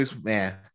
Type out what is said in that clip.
Man